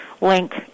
link